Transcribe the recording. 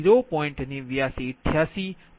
8988 માફ કરશો અધિકાર છે